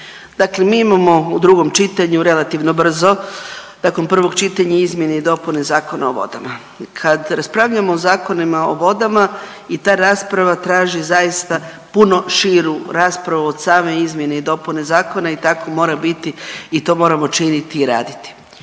Dakle, mi imamo u drugom čitanju relativno brzo nakon prvog čitanja izmjene i dopune Zakona o vodama. Kad raspravljamo o zakonima o vodama i ta rasprava traži zaista puno širu raspravu od same izmjene i dopune zakona i tako mora biti i to moramo činiti i raditi.